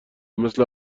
مثل